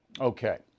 Okay